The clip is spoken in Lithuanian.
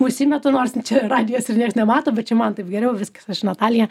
užsimetu nors čia radijas ir nieks nemato bet čia man taip geriau viskas aš natalija